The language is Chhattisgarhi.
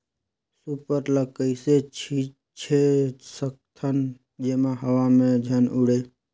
सुपर ल कइसे छीचे सकथन जेमा हवा मे झन उड़े?